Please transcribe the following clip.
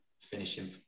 finishing